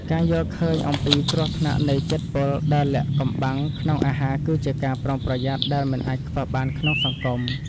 ការយល់ឃើញអំពីគ្រោះថ្នាក់នៃជាតិពុលដែលលាក់កំបាំងក្នុងអាហារគឺជាការប្រុងប្រយ័ត្នដែលមិនអាចខ្វះបានក្នុងសង្គម។